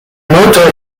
motor